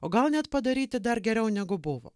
o gal net padaryti dar geriau negu buvo